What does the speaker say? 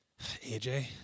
AJ